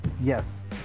Yes